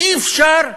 אי-אפשר.